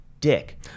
dick